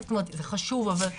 זאת אומרת, זה חשוב, אבל הבנו.